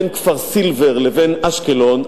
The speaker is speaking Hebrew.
בין כפר-סילבר לבין אשקלון,